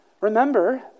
Remember